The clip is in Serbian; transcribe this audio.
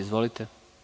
Izvolite.